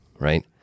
right